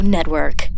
Network